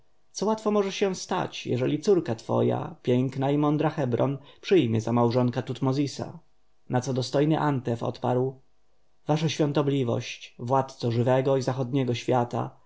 łatwo może się stać jeżeli córka twoja piękna i mądra hebron przyjmie za małżonka tutmozisa na co dostojny antef odparł wasza świątobliwość władco żywego i zachodniego świata